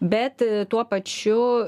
bet tuo pačiu